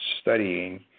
studying